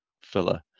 filler